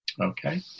Okay